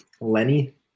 Lenny